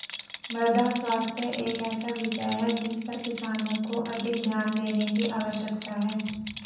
मृदा स्वास्थ्य एक ऐसा विषय है जिस पर किसानों को अधिक ध्यान देने की आवश्यकता है